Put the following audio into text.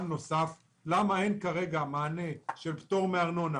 למה אין כרגע מענה של פטור מארנונה,